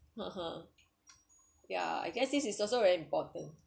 uhu yeah I guess this is also very important